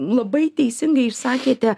labai teisingai išsakėte